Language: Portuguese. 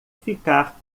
ficar